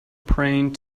praying